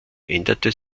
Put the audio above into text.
änderte